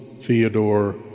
Theodore